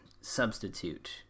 substitute